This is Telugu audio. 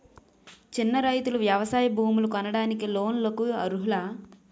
చిన్న రైతులు వ్యవసాయ భూములు కొనడానికి లోన్ లకు అర్హులా?